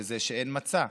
את זה שאין מצע.